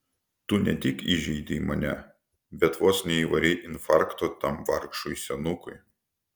tu ne tik įžeidei mane bet vos neįvarei infarkto tam vargšui senukui